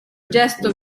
gesto